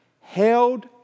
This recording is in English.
held